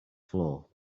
floor